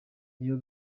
iyo